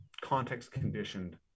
context-conditioned